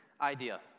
idea